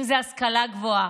אם זה השכלה גבוהה,